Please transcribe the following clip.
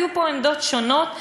היו פה עמדות שונות,